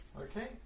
Okay